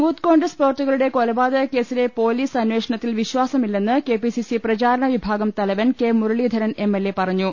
youth Congress പ്രവർത്തകരുടെ കൊലപാതക കേസിലെ പൊലീസ് അന്വേഷണത്തിൽ വിശ്വാസമില്ലെന്ന് കെ പി സി സി പ്രചാരണ വിഭാഗം തലവൻ K Muraleedharan M L A പറഞ്ഞു